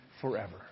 forever